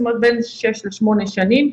זאת אומרת בעצם שש לשמונה שנים.